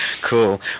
Cool